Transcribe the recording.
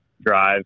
drive